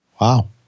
Wow